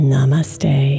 Namaste